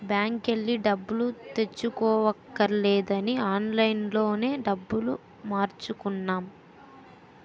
బాంకెల్లి డబ్బులు తెచ్చుకోవక్కర్లేదని ఆన్లైన్ లోనే డబ్బులు మార్చుకున్నాం